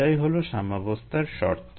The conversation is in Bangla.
এটাই হলো সাম্যাবস্থার শর্ত